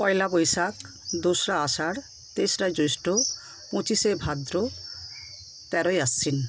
পয়লা বৈশাখ দোসরা আষাঢ় তেসরা জ্যৈষ্ঠ পঁচিশে ভাদ্র তেরোই আশ্বিন